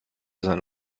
sein